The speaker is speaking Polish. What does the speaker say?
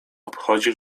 obchodzi